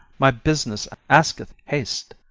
my business asketh haste,